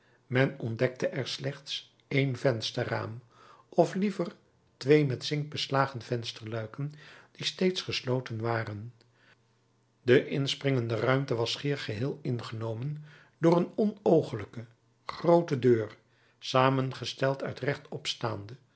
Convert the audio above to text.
men ontdekte er slechts één vensterraam of liever twee met zink beslagen vensterluiken die steeds gesloten waren de inspringende ruimte was schier geheel ingenomen door een onoogelijke groote deur samengesteld uit rechtopstaande